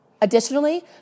Additionally